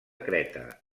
creta